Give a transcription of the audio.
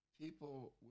people